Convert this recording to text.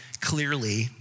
clearly